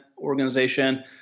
organization